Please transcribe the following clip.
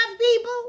people